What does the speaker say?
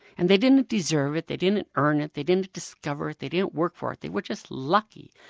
and they didn't deserve it, they didn't earn it, they didn't discover it, they didn't work for it, they were just lucky,